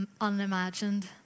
unimagined